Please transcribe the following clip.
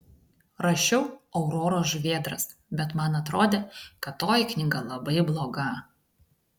rašiau auroros žuvėdras bet man atrodė kad toji knyga labai bloga